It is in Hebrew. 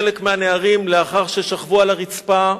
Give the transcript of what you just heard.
חלק מהנערים, לאחר ששכבו על הרצפה,